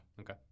Okay